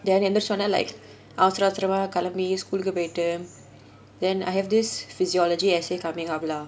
then in the channel like அவுசர அவுசரமா:avusara avusaramaa school கு போய்ட்டு:ku poyittu then I have this physiology essay coming up lah